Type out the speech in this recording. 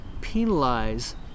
penalize